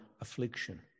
Affliction